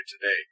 today